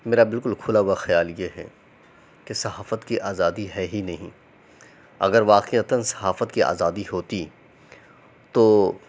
میرا بالکل کھلا ہُوا خیال یہ ہے کہ صحافت کی آزادی ہے ہی نہیں اگر واقعتاً صحافت کی آزادی ہوتی تو